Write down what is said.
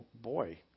boy